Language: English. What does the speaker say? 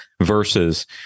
versus